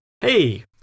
Hey